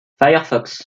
firefox